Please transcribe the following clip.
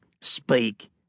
speak